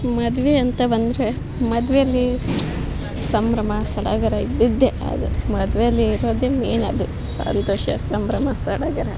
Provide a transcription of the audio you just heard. ಮದುವೆ ಅಂತ ಬಂದರೆ ಮದುವೇಲಿ ಸಂಭ್ರಮ ಸಡಗರ ಇದ್ದಿದ್ದೇ ಅದು ಮದುವೇಲಿ ಇರೋದೇ ಮೇನ್ ಅದು ಸಂತೋಷ ಸಂಭ್ರಮ ಸಡಗರ